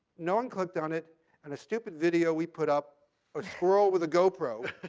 no one clicked on it and a stupid video we put up a girl with a gopro